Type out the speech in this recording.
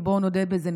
ובואו נודה בזה,